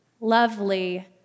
lovely